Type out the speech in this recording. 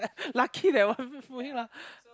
lucky that one move away lah